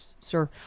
sir